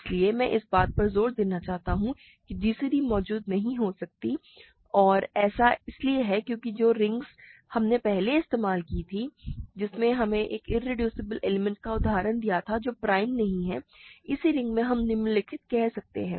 इसलिए मैं इस बात पर ज़ोर देना चाहता हूं कि gcd मौजूद नहीं हो सकती और ऐसा इसलिए है क्योंकि जो रिंग हमने पहले इस्तेमाल की थी जिसने हमें एक इरेड्यूसिबल एलिमेंट का उदाहरण दिया था जो प्राइम नहीं है इसी रिंग में हम निम्नलिखित कह सकते हैं